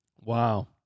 Wow